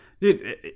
Dude